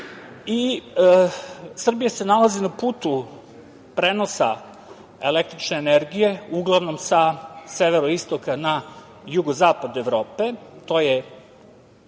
i Srbija se nalazi na putu prenosa električne energije uglavnom sa severoistoka na jugozapad Evrope. To je